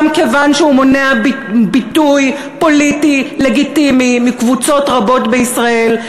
גם כיוון שהוא מונע ביטוי פוליטי לגיטימי מקבוצות רבות בישראל,